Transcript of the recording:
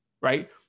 right